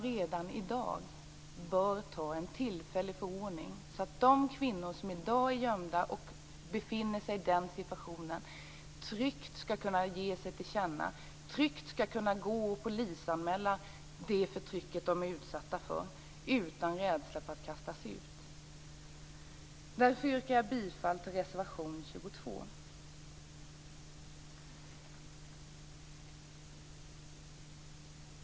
Redan i dag bör en tillfällig förordning tas för att de kvinnor som i dag är gömda och som alltså befinner sig i den situationen tryggt skall kunna ge sig till känna och tryggt skall kunna polisanmäla det förtryck som de är utsatta för, utan att behöva känna rädsla för att kastas ut. Därför yrkar jag bifall till reservation 22.